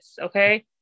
Okay